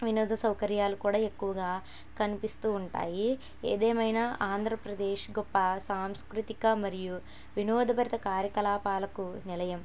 వినోద సౌకర్యాలు కూడా ఎక్కువగా కనిపిస్తు ఉంటాయి ఏది ఏమైనా ఆంధ్రప్రదేశ్ గొప్ప సాంస్కృతిక మరియు వినోదభరిత కార్యకలాపాలకు నిలయం